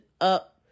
up